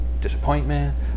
disappointment